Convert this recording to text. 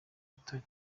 butare